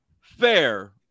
fair